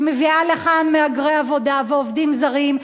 שמביאה לכאן מהגרי עבודה ועובדים זרים,